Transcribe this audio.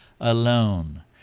alone